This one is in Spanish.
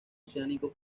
oceánico